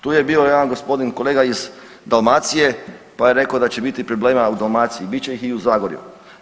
Tu je bio jedan gospodin kolega iz Dalmacije, pa je rekao da će biti problema u Dalmaciji, bit će ih i u Zagorju.